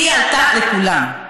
היא עלתה לכולם.